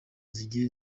zigiye